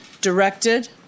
directed